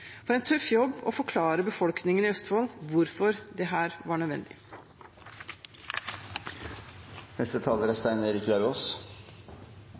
får en tøff jobb med å forklare befolkningen i Østfold hvorfor dette var nødvendig. Det er